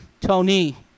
Tony